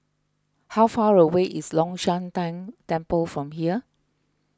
how far away is Long Shan Tang Temple from here